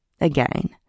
Again